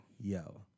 Yo